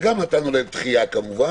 וגם נתנו להם דחייה כמובן.